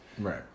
Right